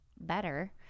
better